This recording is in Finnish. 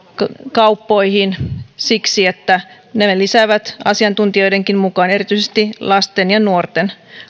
kauppoihin siksi että ne ne lisäävät asiantuntijoidenkin mukaan erityisesti lasten ja nuorten